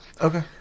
Okay